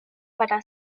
para